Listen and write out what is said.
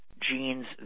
genes